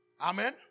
Amen